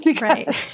Right